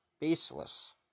baseless